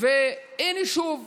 והינה מתגלה